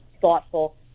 thoughtful